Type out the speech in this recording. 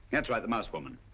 that's right, the mouse woman.